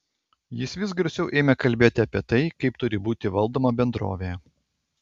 jis vis garsiau ėmė kalbėti apie tai kaip turi būti valdoma bendrovė